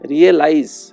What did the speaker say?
Realize